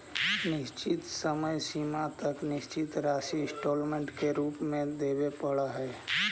निश्चित समय सीमा तक निश्चित धनराशि इंस्टॉलमेंट के रूप में वेदे परऽ हई